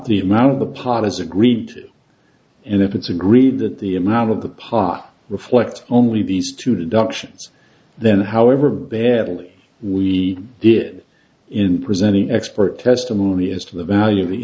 the amount of the pot is agreed and if it's agreed that the amount of the pot reflect only these two duction then however badly we did in presenting expert testimony as to the value of the